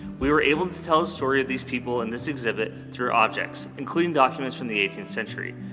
we were able to tell the story of these people in this exhibit through objects, including documents from the eighteenth century.